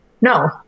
No